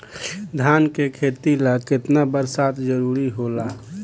धान के खेती ला केतना बरसात जरूरी होला?